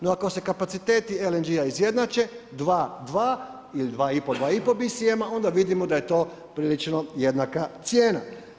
No ako se kapaciteti LNG-a izjednače, 2-2 ili 2,5-2,5 BSM-a, onda vidimo da je to prilično jednaka cijena.